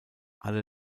alle